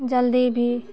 जल्दी भी